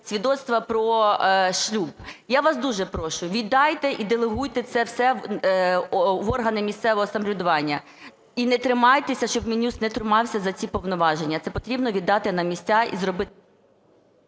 свідоцтва про шлюб. Я вас дуже прошу, віддайте і делегуйте це все в органи місцевого самоврядування і не тримайтеся, щоб Мін'юст не тримався за ці повноваження, це потрібно віддати на місця і...